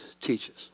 teaches